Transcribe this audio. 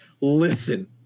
listen